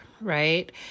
right